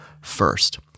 first